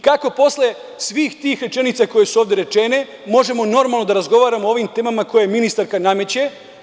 Kako posle svih tih rečenica koje su ovde rečene možemo normalno da razgovaramo o ovim temama koje ministarka nameće?